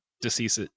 deceased